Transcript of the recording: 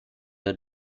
der